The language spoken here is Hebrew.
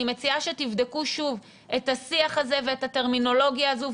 אני מציעה שתבדקו שוב את השיח הזה ואת הטרמינולוגיה הזאת,